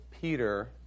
Peter